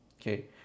Okay